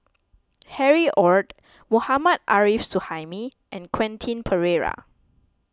Harry Ord Mohammad Arif Suhaimi and Quentin Pereira